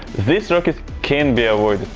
these rockets can be avoided,